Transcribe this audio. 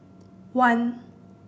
one